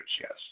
yes